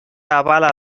avala